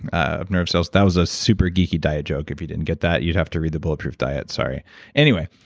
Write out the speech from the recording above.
of nerve cells. that was a super geeky diet joke, if you didn't get that. you'd have to read the bulletproof diet, sorry anyway,